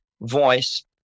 voice